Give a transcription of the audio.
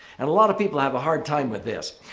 and a lot of people have a hard time with this.